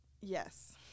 Yes